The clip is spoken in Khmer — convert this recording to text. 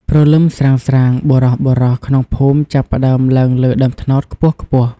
ព្រលឹមស្រាងៗ បុរសៗក្នុងភូមិចាប់ផ្ដើមឡើងលើដើមត្នោតខ្ពស់ៗ។